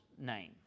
name